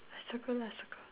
circle lah circle